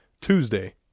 Tuesday